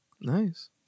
Nice